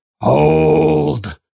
HOLD